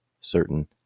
certain